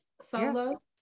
solo